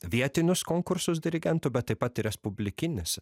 vietinius konkursus dirigentų bet taip pat ir respublikinis